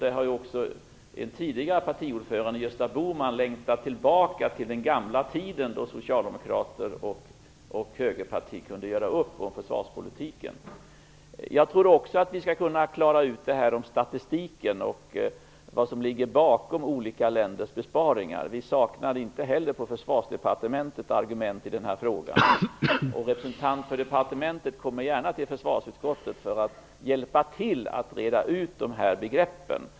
En tidigare partiordförande, Gösta Bohman, har också längtat tillbaka till den gamla tiden då socialdemokraterna och högerpartiet kunde göra upp om försvarspolitiken. Jag tror också att vi skall kunna klara ut det här om statistiken och vad som ligger bakom olika länders besparingar. På Försvarsdepartementet saknar vi inte heller argument i den här frågan. En representant för departementet kommer gärna till försvarsutskottet för att hjälpa till att reda ut de här begreppen.